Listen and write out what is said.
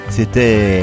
C'était